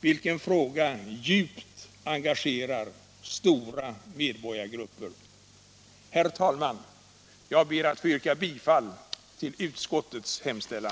vilken fråga djupt engagerar stora medborgargrupper. Herr talman! Jag ber att få yrka bifall till utskottets hemställan.